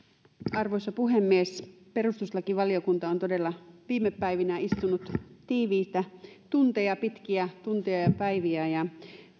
arvoisa puhemies perustuslakivaliokunta on todella viime päivinä istunut tiiviitä tunteja pitkiä tunteja ja päiviä ja